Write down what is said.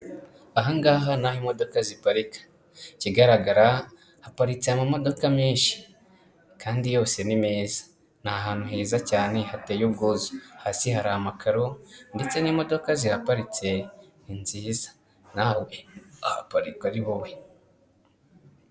Aha ngaha ni aho imodoka ziparika, ikigaragara haparitse amamodoka menshi kandi yose ni meza, ni ahantu heza cyane hateye ubwuzu, hasi hari amakaro ndetse n'imodoka zihaparitse ni nziza. Nawe wahaparika ari wowe.